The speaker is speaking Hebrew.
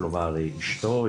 כלומר אשתו,